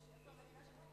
כבוד סגן השר,